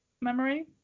memory